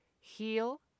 heal